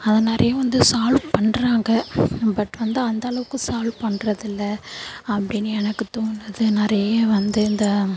அதை நிறையா வந்து சால்வ் பண்ணுறாங்க பட் வந்து அந்த அளவுக்கு சால்வ் பண்ணுறது இல்லை அப்படின்னு எனக்கு தோணுது நிறைய வந்து இந்த